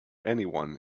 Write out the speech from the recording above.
anyone